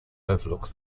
overlooks